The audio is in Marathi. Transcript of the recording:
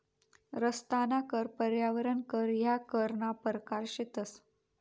रस्ताना कर, पर्यावरण कर ह्या करना परकार शेतंस